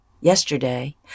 yesterday